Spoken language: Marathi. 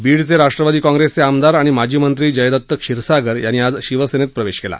बीडचे राष्ट्रवादी काँग्रेसचे आमदार आणि माजी मंत्री जयदत्त क्षीरसागर यांनी आज शिवसेनेत प्रवेश केला